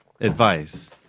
advice